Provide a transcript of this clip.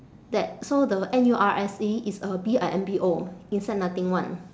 that so the N U R S E is a B I M B O inside nothing [one]